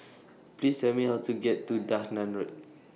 Please Tell Me How to get to Dahan Road